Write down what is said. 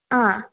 ಆಂ